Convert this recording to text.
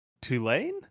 Tulane